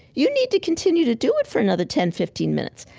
you need to continue to do it for another ten, fifteen minutes,